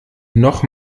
noch